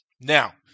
Now